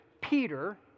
Peter